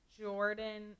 jordan